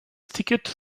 ticket